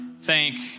thank